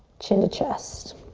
chin to chest.